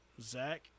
Zach